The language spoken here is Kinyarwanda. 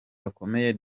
bakomeye